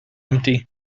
empty